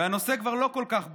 והנושא כבר לא כל כך בוער,